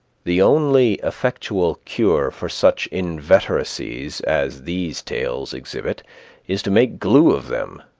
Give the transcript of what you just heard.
the only effectual cure for such inveteracies as these tails exhibit is to make glue of them,